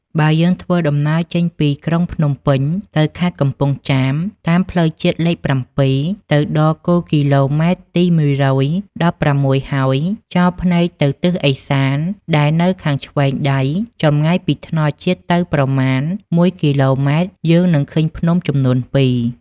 បើយើងធ្វើដំណើរចេញពីក្រុងភ្នំពេញទៅខេត្តកំពង់ចាម តាមផ្លូវជាតិលេខ៧ ទៅដល់គោលគីឡូម៉ែត្រទី១១៦ហើយ ចោលភែ្នកទៅទិសឥសាន ដែលនៅខាងឆេ្វងដៃ ចំងាយពីថ្នល់ជាតិទៅប្រមាណ១គីឡូម៉ែត្រ យើងនិងឃើញភ្នំចំនួនពីរ